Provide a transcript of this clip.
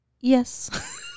Yes